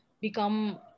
become